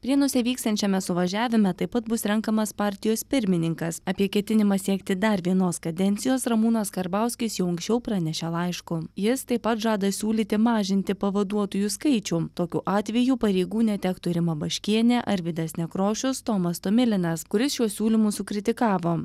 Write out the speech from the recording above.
prienuose vyksiančiame suvažiavime taip pat bus renkamas partijos pirmininkas apie ketinimą siekti dar vienos kadencijos ramūnas karbauskis jau anksčiau pranešė laišku jis taip pat žada siūlyti mažinti pavaduotojų skaičių tokiu atveju pareigų netektų rima baškienė arvydas nekrošius tomas tomilinas kuris šiuos siūlymus sukritikavo